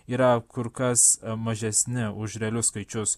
yra kur kas mažesni už realius skaičius